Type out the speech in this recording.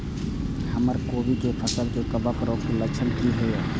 हमर कोबी के फसल में कवक रोग के लक्षण की हय?